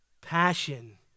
Passion